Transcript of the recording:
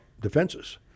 defenses